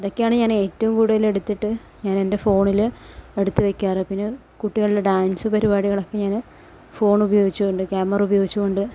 ഇതൊക്കെയാണ് ഞാൻ ഏറ്റവും കൂടുതൽ എടുത്തിട്ട് ഞാൻ എൻ്റെ ഫോണില് എടുത്തുവയ്ക്കാറ് പിന്നെ കുട്ടികളുടെ ഡാൻസ് പരിപാടികളൊക്കെ ഞാൻ ഫോൺ ഉപയോഗിച്ചുകൊണ്ട് ക്യാമറ ഉപയോഗിച്ചുകൊണ്ട്